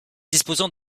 disposant